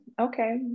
okay